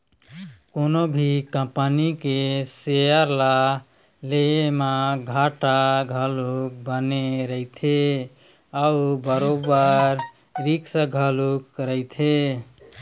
कोनो भी कंपनी के सेयर ल ले म घाटा घलोक बने रहिथे अउ बरोबर रिस्क घलोक रहिथे